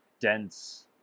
dense